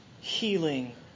healing